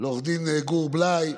עו"ד גור בליי,